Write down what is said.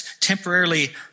temporarily